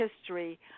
history